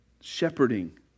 shepherding